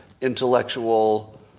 intellectual